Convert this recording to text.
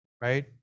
right